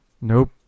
Nope